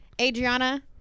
Adriana